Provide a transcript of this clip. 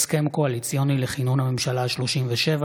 הסכם קואליציוני לכינון הממשלה השלושים-ושבע